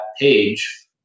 page